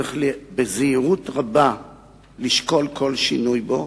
צריך לשקול בזהירות רבה כל שינוי בו,